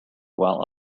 while